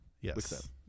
yes